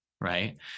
right